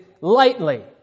lightly